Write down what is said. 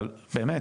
אבל באמת